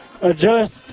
adjust